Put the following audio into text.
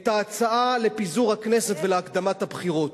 את ההצעה לפיזור הכנסת ולהקדמת הבחירות.